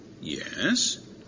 Yes